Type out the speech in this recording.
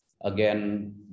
again